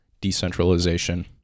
decentralization